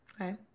Okay